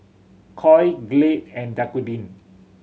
Koi Glade and Dequadin